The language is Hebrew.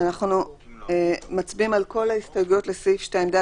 אנחנו מצביעים על כל הסתייגויות לסעיף 2(ד),